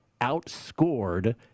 outscored